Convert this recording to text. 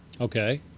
Okay